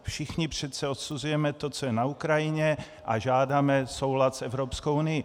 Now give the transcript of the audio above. Všichni přece odsuzujeme to, co je na Ukrajině, a žádáme soulad s Evropskou unii.